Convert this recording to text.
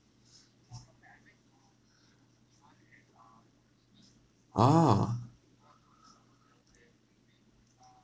ah